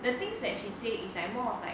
the things that she said it's like more of like